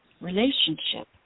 relationship